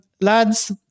Lads